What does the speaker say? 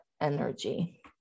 energy